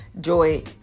Joy